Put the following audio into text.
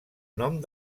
nom